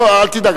אל תדאג,